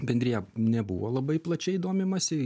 bendrija nebuvo labai plačiai domimasi